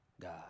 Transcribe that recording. God